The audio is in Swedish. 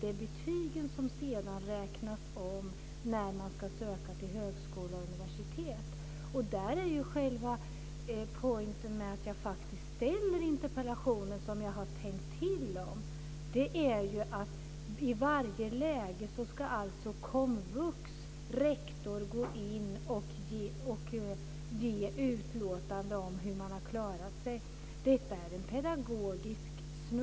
Det är betygen som sedan räknas om när man ska söka till högskolor och universitet. Själva poängen med att jag ställer interpellationen, och som jag har tänkt till om, är att komvux rektor i varje läge ska gå in och ge utlåtande om hur eleverna har klarat sig. Detta är som jag ser det en pedagogisk snurra.